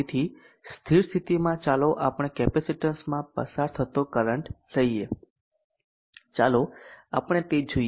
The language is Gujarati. તેથી સ્થિર સ્થિતિમાં ચાલો આપણે કેપેસિટીન્સ માં પસાર થતો કરંટ લઈએ ચાલો આપણે તે જોઈએ